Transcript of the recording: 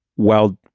well,